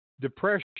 depression